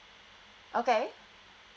okay